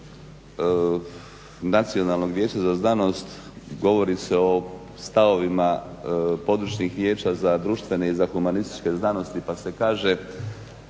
Nacionalnog vijeća za znanost govori se o stavovima područnih vijeća za društvene i za humanističke znanosti pa se kaže